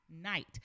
Night